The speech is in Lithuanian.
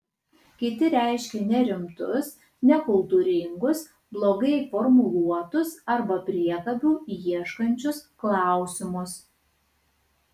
kiti reiškė nerimtus nekultūringus blogai formuluotus arba priekabių ieškančius klausimus